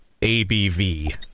ABV